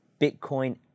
Bitcoin